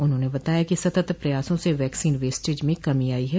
उन्होंने बताया कि सतत प्रयासों से वैक्सीन वेस्टज में कमी आई है